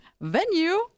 venue